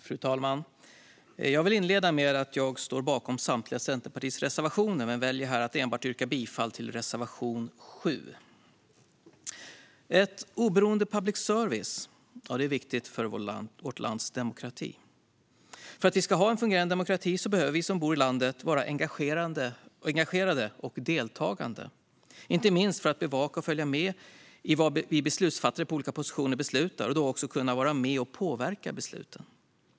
Fru talman! Jag vill inleda med att säga att jag står bakom samtliga Centerpartiets reservationer men väljer att yrka bifall enbart till reservation 7. En oberoende public service är viktigt för att upprätthålla vårt lands demokrati. För att vi ska ha en fungerande demokrati behöver vi som bor i landet vara engagerade och deltagande, inte minst för att bevaka och följa med i vad beslutsfattare på olika positioner beslutar och för att kunna vara med och påverka besluten.